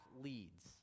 leads